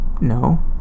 no